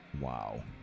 Wow